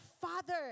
father